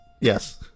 Yes